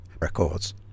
records